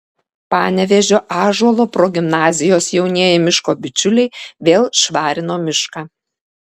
panevėžio ąžuolo progimnazijos jaunieji miško bičiuliai vėl švarino mišką